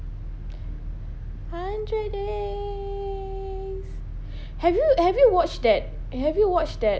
hundred days have you have you watched that have you watched that